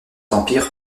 empire